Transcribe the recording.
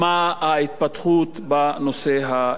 ההתפתחות בנושא האירני.